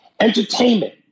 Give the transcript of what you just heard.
Entertainment